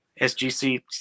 sgc